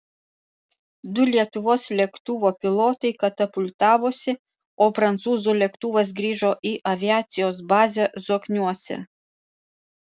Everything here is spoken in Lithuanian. du lietuvos lėktuvo pilotai katapultavosi o prancūzų lėktuvas grįžo į aviacijos bazę zokniuose